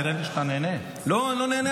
לא מסוגל.